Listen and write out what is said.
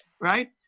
right